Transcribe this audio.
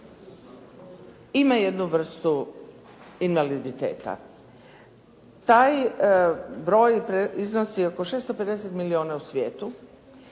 ima jednu vrstu invaliditeta. Taj broj iznosi oko 650 milijuna u svijetu,